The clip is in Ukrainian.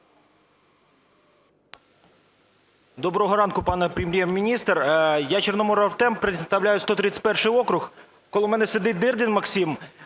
Доброго ранку, пане Прем’єр-міністр! Я, Чорноморов Артем, представляю 131 округ. Коло мене сидить Дирдін Максим.